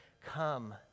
come